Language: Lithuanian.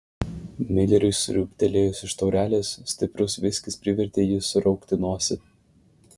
mileriui sriūbtelėjus iš taurelės stiprus viskis privertė jį suraukti nosį